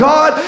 God